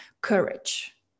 courage